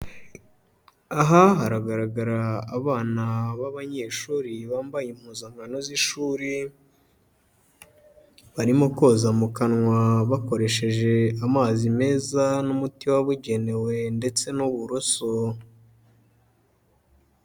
Aha haragaragara abana b'abanyeshuri bambaye impuzankano z'ishuri, barimo koza mu kanwa bakoresheje amazi meza n'umuti wabugenewe ndetse n'uburoso.